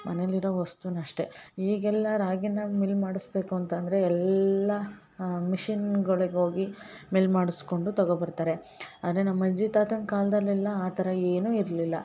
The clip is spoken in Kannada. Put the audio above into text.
ಮನೆಲಿರೋ ವಸ್ತುನಷ್ಟೆ ಈಗೆಲ್ಲ ರಾಗಿನ ಮಿಲ್ ಮಾಡಿಸ್ಬೇಕು ಅಂತಂದರೆ ಎಲ್ಲ ಮಿಷಿನ್ಗಳಿಗೆ ಹೋಗಿ ಮಿಲ್ ಮಾಡಿಸ್ಕೊಂಡು ತಗೊ ಬರ್ತಾರೆ ಆದರೆ ನಮ್ಮ ಅಜ್ಜಿ ತಾತನ ಕಾಲದಲ್ಲೆಲ್ಲ ಆ ಥರ ಏನೂ ಇರಲಿಲ್ಲ